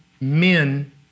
men